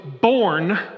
born